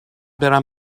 برم